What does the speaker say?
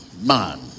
man